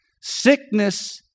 Sickness